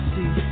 See